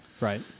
Right